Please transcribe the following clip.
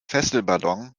fesselballon